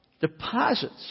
deposits